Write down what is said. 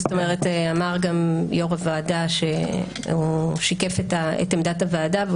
זאת אומרת אמר גם יו"ר הוועדה שהוא שיקף את עמדת הוועדה,